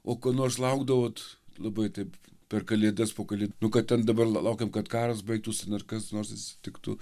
o ko nors laukdavot labai taip per kalėdas po kalėdų nu kad ten dabar lau laukiam kad karas baigtųs ar ten kas nors atsitiktų